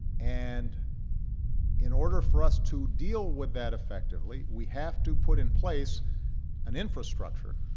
and in order for us to deal with that effectively, we have to put in place an infrastructure,